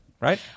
right